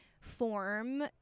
form